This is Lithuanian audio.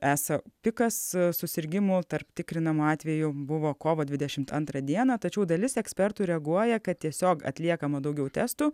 esą pikas susirgimų tarp tikrinamų atvejų buvo kovo dvidešimt antrą dieną tačiau dalis ekspertų reaguoja kad tiesiog atliekama daugiau testų